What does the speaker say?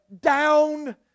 down